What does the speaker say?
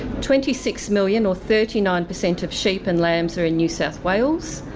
twenty six million or thirty nine percent of sheep and lambs are in new south wales,